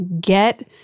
get